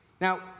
Now